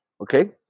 okay